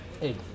Hey